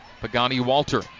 Pagani-Walter